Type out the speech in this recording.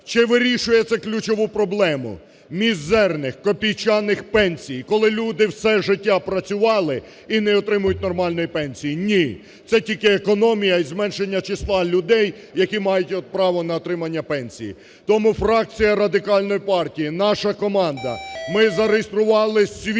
Це вирішує це ключову проблему мізерних, копійчаних пенсій, коли люди все життя працювали і не отримують нормальної пенсії? Ні, це тільки економія і зменшення числа людей, які мають право на отримання пенсії. Тому фракція Радикальної партії, наша команда, ми зареєстрували свій